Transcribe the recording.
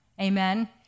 Amen